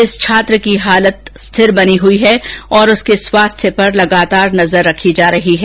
इस छात्र की हालत स्थिर बनी हई है और उसके स्वास्थ्य पर लगातार नजर रखी जा रही है